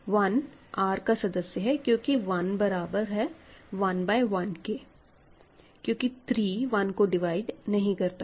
1 R का सदस्य है क्योंकि 1 बराबर है 1 बाय 1 के क्योंकि 3 1 को डिवाइड नहीं करता है